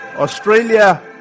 Australia